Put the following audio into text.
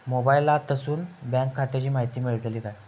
मोबाईलातसून बँक खात्याची माहिती मेळतली काय?